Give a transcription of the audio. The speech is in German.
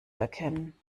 erkennen